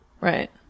Right